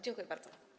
Dziękuję bardzo.